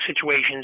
situations